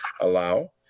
allow